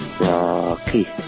Rocky